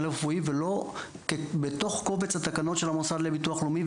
הרפואי ולא בתוך קובץ התקנות של המוסד לביטוח לאומי,